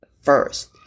first